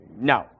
No